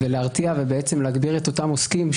ולהרתיע, ולהגדיר את אותם עוסקים.